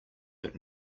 but